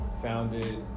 founded